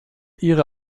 ihre